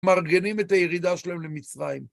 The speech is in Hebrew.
מארגנים את הירידה שלהם למצרים.